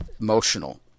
emotional